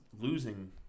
losing –